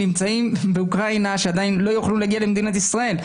שנמצאים באוקראינה שלא יוכלו להגיע למדינת ישראל.